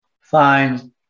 find